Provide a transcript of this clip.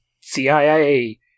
CIA